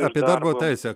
apie darbo teisę